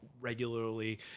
regularly